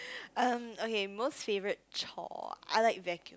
um okay most favourite chore I like vacuum